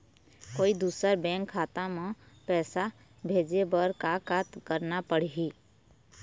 कोई दूसर बैंक खाता म पैसा भेजे बर का का करना पड़ही?